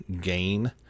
gain